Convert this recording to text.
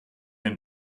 and